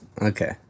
Okay